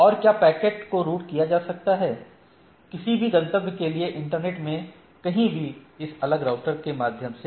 और क्या पैकेटpacket को रूट किया जा सकता है किसी भी गंतव्य के लिए इंटरनेट में कहीं भी इस अलग राउटर के माध्यम से